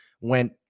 went